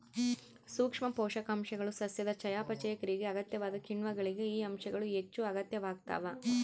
ಸೂಕ್ಷ್ಮ ಪೋಷಕಾಂಶಗಳು ಸಸ್ಯದ ಚಯಾಪಚಯ ಕ್ರಿಯೆಗೆ ಅಗತ್ಯವಾದ ಕಿಣ್ವಗಳಿಗೆ ಈ ಅಂಶಗಳು ಹೆಚ್ಚುಅಗತ್ಯವಾಗ್ತಾವ